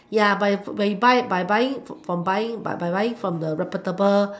ya but you but you buy buying from buying but by buying from the reputable